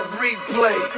replay